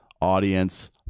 audience